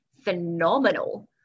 phenomenal